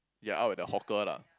you're out at the hawker lah